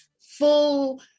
full